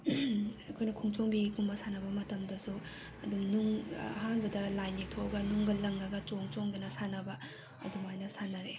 ꯑꯩꯈꯣꯏꯅ ꯈꯣꯡꯖꯣꯡꯕꯤꯒꯨꯝꯕ ꯁꯥꯟꯅꯕ ꯃꯇꯝꯗꯁꯨ ꯑꯗꯨꯝ ꯅꯨꯡ ꯑꯍꯥꯟꯕꯗ ꯂꯥꯏꯟ ꯌꯦꯛꯊꯣꯛꯑꯒ ꯅꯨꯡꯒ ꯂꯪꯉꯒ ꯆꯣꯡ ꯆꯣꯡꯗꯅ ꯁꯥꯟꯅꯕ ꯑꯗꯨꯃꯥꯏꯅ ꯁꯥꯟꯅꯔꯛꯑꯦ